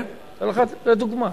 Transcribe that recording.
אני אתן לך דוגמה.